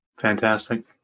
Fantastic